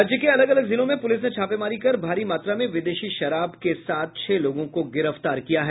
राज्य के अलग अलग जिलों से पुलिस ने छापेमारी कर भारी मात्रा में विदेशी शराब के साथ छह लोगों को गिरफ्तार किया है